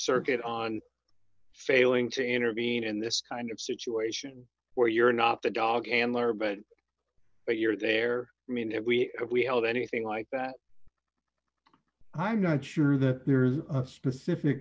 circuit on failing to intervene in this kind of situation where you're not the dog and later but you're there i mean if we if we held anything like that i'm not sure that there's a specific